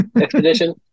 expedition